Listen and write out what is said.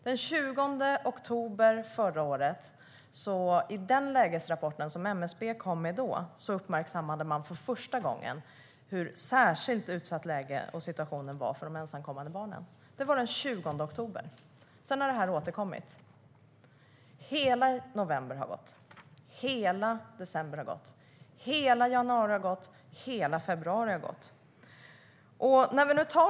I den lägesrapport som MSB kom med den 20 oktober förra året uppmärksammade man för första gången hur särskilt utsatt läget och situationen var för de ensamkommande barnen. Det var den 20 oktober. Sedan har det här återkommit. Hela november har gått. Hela december har gått. Hela januari har gått. Hela februari har gått.